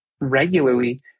regularly